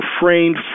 refrained